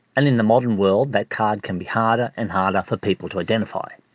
and in the modern world, that card can be harder and harder for people to identify.